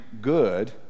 good